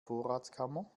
vorratskammer